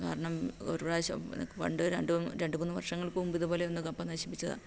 കാരണം ഒരു പ്രാവശ്യം പണ്ട് രണ്ടു രണ്ട് മൂന്ന് വർഷങ്ങൾക്കുമുമ്പ് ഇതുപോലെ ഒന്ന് കപ്പ നശിപ്പിച്ചതാണ്